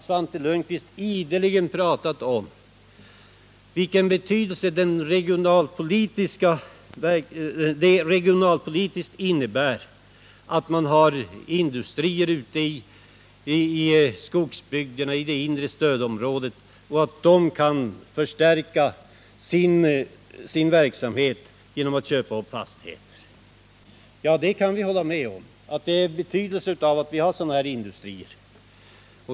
Svante Lundkvist har ideligen pratat om betydelsen regionalpolitiskt av att man har industrier i skogsbygderna i det inre stödområdet och av att de kan förstärka sin verksamhet genom att köpa upp fastigheter. Jag kan hålla med om att det är av betydelse att vi har sådana industrier.